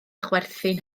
chwerthin